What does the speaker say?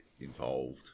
involved